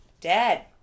dead